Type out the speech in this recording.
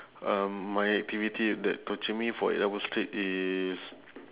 um my activity that torture me for eight hours straight is